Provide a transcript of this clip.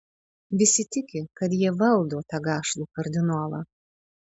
visi tiki kad jie valdo tą gašlų kardinolą